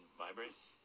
vibrate